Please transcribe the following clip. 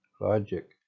logic